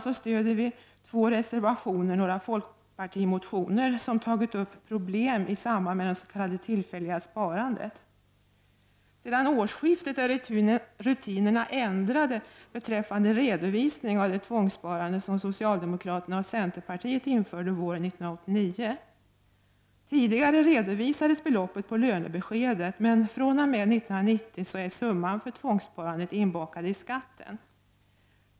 Slutligen stöder vi genom två reservationer några folkpartimotioner som tagit upp problem i samband med det s.k. tillfälliga sparandet. Sedan årsskiftet är rutinerna ändrade beträffande redovisningen av det tvångssparande som socialdemokraterna och centerpartiet införde våren 1989. Tidigare redovisades beloppet på lönebeskedet, men fr.o.m. år 1990 är summan för tvångssparande inbakad i skatten.